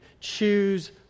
choose